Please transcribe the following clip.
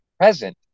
present